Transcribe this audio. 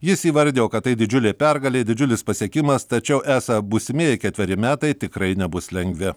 jis įvardijo kad tai didžiulė pergalė didžiulis pasiekimas tačiau esą būsimieji ketveri metai tikrai nebus lengvi